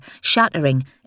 shattering